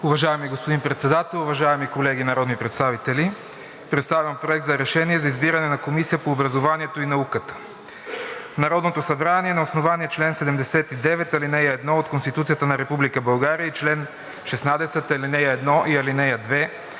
Уважаеми господин Председател, уважаеми колеги народни представители! Представям „Проект! РЕШЕНИЕ за избиране на Комисия по образованието и науката Народното събрание на основание чл. 79, ал. 1 от Конституцията на Република България и чл. 16, ал. 1 и ал. 2,